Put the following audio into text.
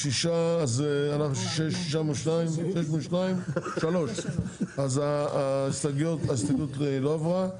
הצבעה בעד, 3 נגד, 6 לא אושר ההסתייגות לא עברה.